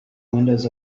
windows